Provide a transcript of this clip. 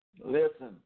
Listen